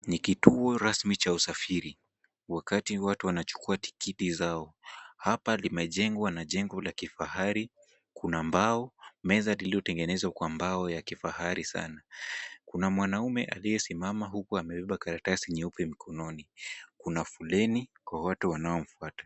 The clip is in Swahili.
Ni kituo rasmi cha usafiri, wakati watu wanachukua tikiti zao. Hapa limejengwa na jengo la kifahari, kuna mbao, meza lililotengenezwa kwa mbao ya kifahari sana. Kuna mwanaume aliyesimama huku amebeba karatasi nyeupe mkononi. Kuna foleni kwa watu wanaomfuata.